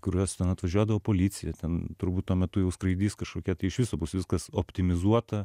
kuriuos ten atvažiuodavo policija ten turbūt tuo metu jau skraidys kažkokie tai iš viso bus viskas optimizuota